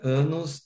anos